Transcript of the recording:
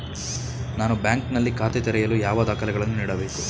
ನಾನು ಬ್ಯಾಂಕ್ ನಲ್ಲಿ ಖಾತೆ ತೆರೆಯಲು ಯಾವ ದಾಖಲೆಗಳನ್ನು ನೀಡಬೇಕು?